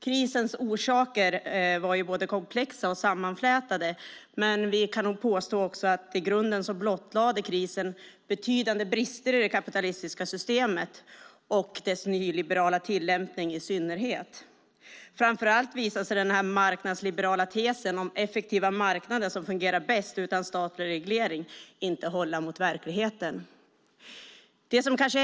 Krisens orsaker var både komplexa och sammanflätade, men krisen blottlade betydande brister i det kapitalistiska systemet, i synnerhet i dess nyliberala tillämpning. Framför allt visade sig den marknadsliberala tesen om effektiva marknader som fungerar bäst utan statlig reglering inte hålla i verkligheten.